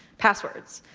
passwords